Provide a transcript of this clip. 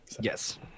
Yes